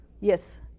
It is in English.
Yes